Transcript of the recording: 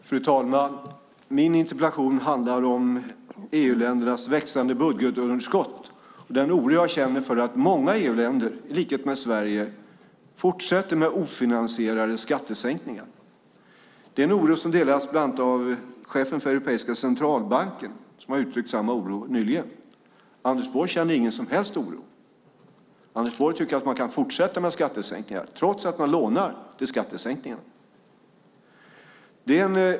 Fru talman! Min interpellation handlar om EU-ländernas växande budgetunderskott och den oro jag känner för att många EU-länder i likhet med Sverige fortsätter med ofinansierade skattesänkningar. Det är en oro som delas bland annat av chefen för Europeiska centralbanken. Han har nyligen uttryckt samma oro. Anders Borg känner ingen som helst oro. Anders Borg tycker att man kan fortsätta med skattesänkningar, trots att man lånar till skattesänkningar.